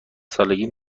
سالگی